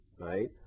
right